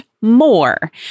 more